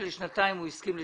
לשנתיים.